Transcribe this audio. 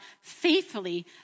faithfully